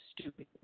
stupid